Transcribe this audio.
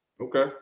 Okay